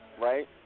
right